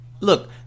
Look